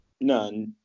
no